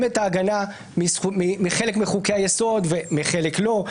את ההגנה מחלק מחוקי היסוד ומחלק לא.